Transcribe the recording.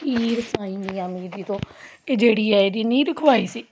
ਪੀਰ ਸਾਈਂ ਮੀਆਂ ਮੀਰ ਜੋ ਤੋਂ ਕਿ ਜਿਹੜੀ ਆ ਇਹਦੀ ਨੀਂਹ ਰਖਵਾਈ ਸੀ